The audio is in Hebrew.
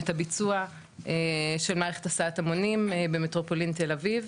את הביצוע של מערכת הסעת המונים במטרופולין תל אביב,